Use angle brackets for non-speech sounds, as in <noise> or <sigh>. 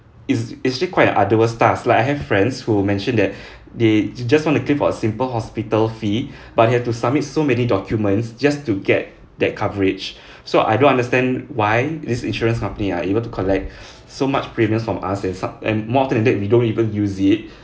is is actually quite a arduous task like I have friends who mentioned that <breath> they just want to claim for a simple hospital fee <breath> but you have to submit so many documents just to get that coverage <breath> so I don't understand why this insurance company are able to collect <breath> so much premiums from us and some and more often than that we don't even use it <breath>